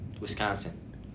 Wisconsin